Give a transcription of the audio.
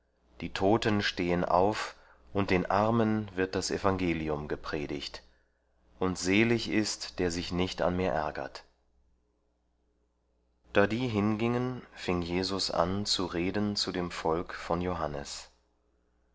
die toten stehen auf und den armen wird das evangelium gepredigt und selig ist der sich nicht an mir ärgert da die hingingen fing jesus an zu reden zu dem volk von johannes